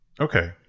Okay